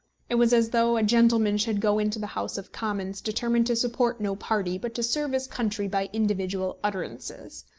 it was as though a gentleman should go into the house of commons determined to support no party, but to serve his country by individual utterances.